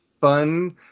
fun